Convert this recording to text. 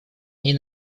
ней